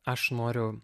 aš noriu